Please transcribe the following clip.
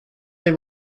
they